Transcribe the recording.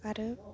आरो